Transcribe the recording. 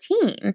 team